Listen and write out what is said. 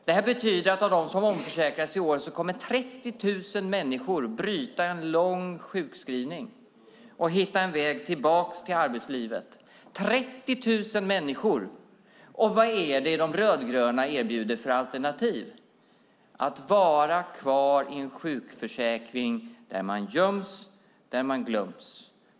Detta betyder att av dem som omförsäkrats i år kommer 30 000 människor att bryta en lång sjukskrivning och hitta en väg tillbaka till arbetslivet. Vad är det De rödgröna erbjuder för alternativ? Det är att människor ska vara kvar i en sjukförsäkring där man göms och där man glöms.